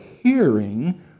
hearing